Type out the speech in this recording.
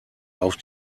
auf